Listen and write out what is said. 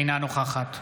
אינה נוכחת